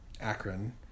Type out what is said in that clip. Akron